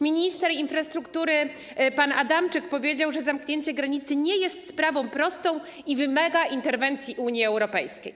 Minister infrastruktury pan Adamczyk powiedział, że zamknięcie granicy nie jest sprawą prostą i wymaga interwencji Unii Europejskiej.